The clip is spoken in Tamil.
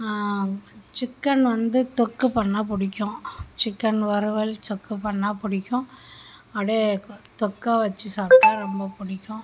சிக்கன் வந்து தொக்கு பண்ணால் பிடிக்கும் சிக்கன் வறுவல் தொக்கு பண்ணால் பிடிக்கும் அப்படே தொக்காக வச்சு சாப்பிட்டா ரொம்ப பிடிக்கும்